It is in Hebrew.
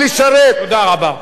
עבודות בניין,